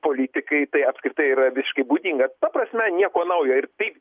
politikai tai apskritai yra visiškai būdinga ta prasme nieko naujo ir taip